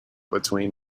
between